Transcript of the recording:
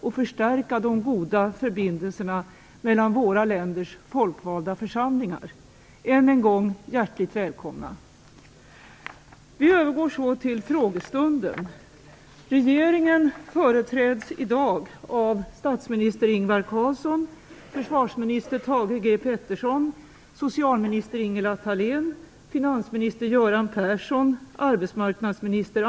I helgen saboterade Gudrun Schyman polisens arbete genom att se till att den lokal som stängts av polisen fick hålla öppet. Samtidigt kom uppgifter om grunderna för polisens stängningsbeslut. Urinprov innehöll amfetamin och blandningar av ecstasy, cannabis, morfin, amfetamin och LSD. Beslag av 200 doser av bl.a. LSD och kokain gjordes.